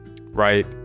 Right